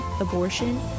abortion